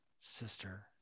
sister